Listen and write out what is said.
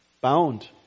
bound